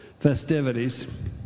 festivities